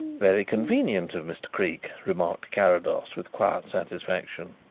very convenient of mr. creake, remarked carrados, with quiet satisfaction.